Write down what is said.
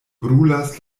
brulas